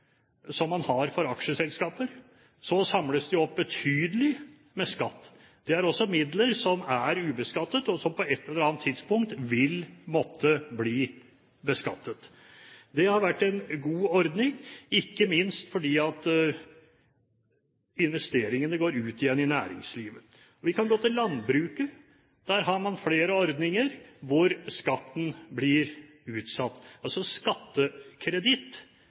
som man har for aksjeselskaper, samles det opp betydelig skatt. Det er også midler som er ubeskattet, og som på et eller annet tidspunkt vil måtte bli beskattet. Det har vært en god ordning, ikke minst fordi investeringene går ut igjen i næringslivet. Vi kan gå til landbruket. Der har man flere ordninger hvor skatten blir utsatt. Skattekreditt